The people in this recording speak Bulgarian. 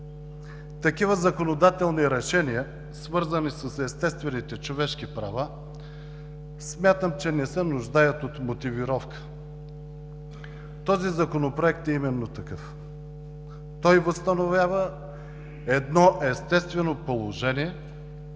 Такива законодателни решения, свързани с естествените човешки права, смятам, че не се нуждаят от мотивировка. Този Законопроект е именно такъв. Той възстановява едно естествено положение